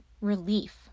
relief